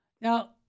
Now